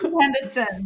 Henderson